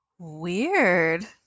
weird